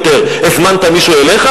לפני כשבועיים ביקרה